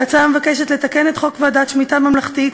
ההצעה מבקשת לתקן את חוק ועדת שמיטה ממלכתית,